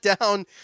down